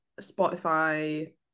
Spotify